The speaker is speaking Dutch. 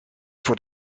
voor